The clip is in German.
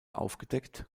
aufgedeckt